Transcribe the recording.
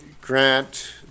grant